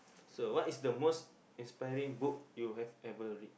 so what is the most inspiring book you have ever read